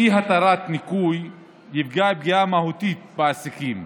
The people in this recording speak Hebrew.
אי-התרת ניכוי יפגע פגיעה מהותית בעסקים,